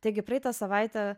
taigi praeitą savaitę